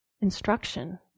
instruction